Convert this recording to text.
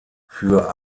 für